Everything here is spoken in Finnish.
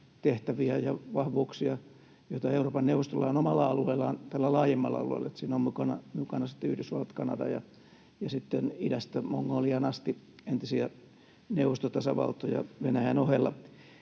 tehtäviä ja vahvuuksia, joita Euroopan neuvostolla on omalla alueellaan, tällä laajemmalla alueella. Siinä ovat mukana sitten Yhdysvallat, Kanada ja idästä Mongoliaan asti entisiä neuvostotasavaltoja Venäjän ohella.